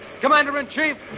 Commander-in-Chief